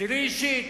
שלך אישית?